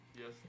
Yes